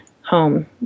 home